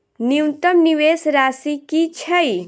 न्यूनतम निवेश राशि की छई?